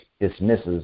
dismisses